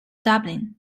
dublin